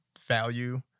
value